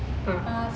uh